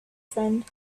friend